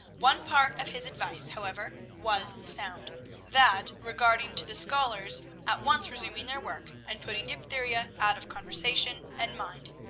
one part of his advice, however, was sound that regarding to the scholars at once resuming their work, and putting diphtheria out of conversation and mind.